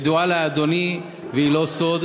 ידועה לאדוני והיא לא סוד.